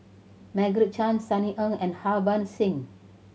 Margaret Chan Sunny Ang and Harbans Singh